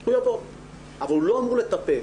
אבל הוא לא אמור לטפל.